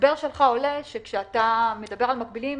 מההסבר שלך עולה שכאשר אתה מדבר על מקבילים,